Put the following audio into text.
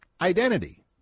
identity